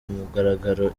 mugaragaro